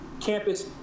Campus